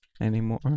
anymore